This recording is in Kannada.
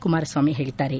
ಕುಮಾರಸ್ವಾಮಿ ಹೇಳಿದ್ದಾರೆ